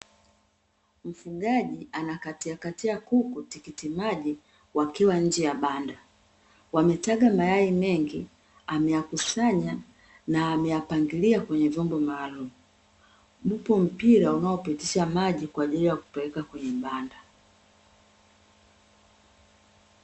Mfugaji anakatiakatia kuku tikitiki maji wakiwa nje ya banda wametaga mayai mengi, ameyakusanya na ameyapangilia kwenye vyombo maalumu, upo mpira unaopitisha maji kwa ajili ya kupeleka kwenye banda